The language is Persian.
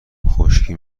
خشکی